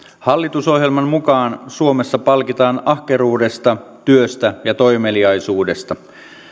hallitusohjelman mukaan suomessa palkitaan ahkeruudesta työstä ja toimeliaisuudesta